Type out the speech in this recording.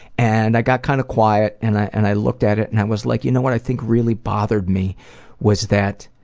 and i got kind of quiet, and i and i looked at it, and i was like, you know what, i think what really bothered me was that